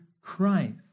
Christ